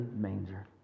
manger